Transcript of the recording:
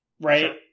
right